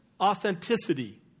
authenticity